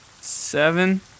Seven